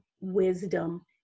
wisdom